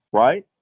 right?